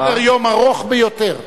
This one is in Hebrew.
יש לנו עוד סדר-יום ארוך ביותר.